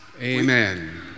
Amen